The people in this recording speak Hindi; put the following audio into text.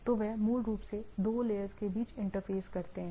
तो वे मूल रूप से दो लेयर्स के बीच इंटरफेस करते हैं